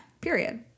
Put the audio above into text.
period